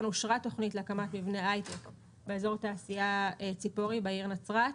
אושרה תוכנית להקמת מבני הייטק באזור התעשייה ציפורי בעיר נצרת,